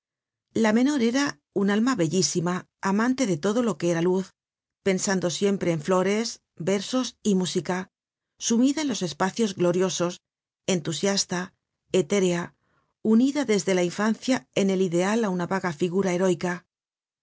la menor era una alma bellísima amante de todo lo que era luz pensando siempre en flores versos y música sumida en los espacios gloriosos entusiasta etérea unida desde la infancia en el ideal á una vaga figura heroica